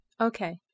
okay